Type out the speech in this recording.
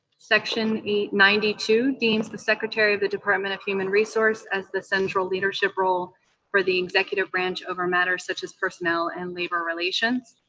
section ninety two deems the secretary of the department of human resource as the central leadership role for the executive branch over matters such as personnel and labor relations.